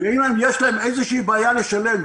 ואם יש להם איזו בעיה לשלם,